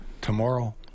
Tomorrow